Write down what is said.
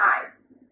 eyes